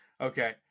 Okay